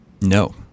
No